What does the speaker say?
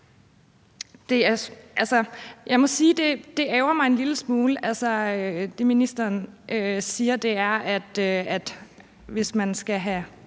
det ærgrer mig en lille smule. Det, ministeren siger, er, at hvis private